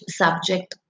subject